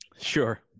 sure